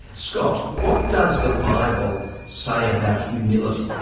scott, what does the bible say about humility?